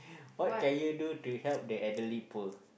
what can you do to help the elderly poor